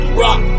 rock